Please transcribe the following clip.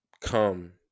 come